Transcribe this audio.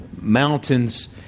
mountains